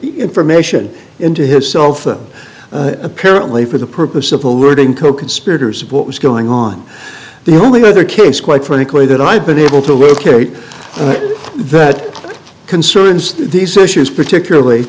information into his cell phone apparently for the purpose of polluting coconspirators of what was going on the only other case quite frankly that i've been able to locate that concerns these issues particularly